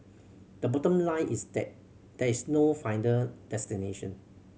the bottom line is that there is no final destination